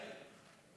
סעיד.